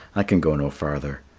i can go no farther.